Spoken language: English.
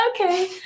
Okay